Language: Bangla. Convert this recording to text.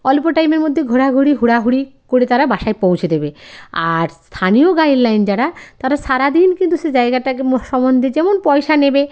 অল্প টাইমের মধ্যে ঘোরাঘুরি হুড়োহুড়ি করে তারা বাসায় পৌঁছে দেবে আর স্থানীয় গাইডলাইন যারা তারা সারা দিন কিন্তু সে জায়গাটাকে ম সম্বন্ধে যেমন পয়সা নেবে